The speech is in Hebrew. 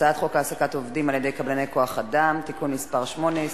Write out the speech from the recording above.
הצעת חוק העסקת עובדים על-ידי קבלני כוח-אדם (תיקון מס' 8),